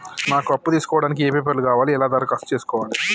నాకు అప్పు తీసుకోవడానికి ఏ పేపర్లు కావాలి ఎలా దరఖాస్తు చేసుకోవాలి?